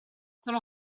sono